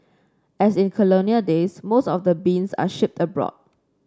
as in colonial days most of the beans are shipped abroad